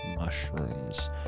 Mushrooms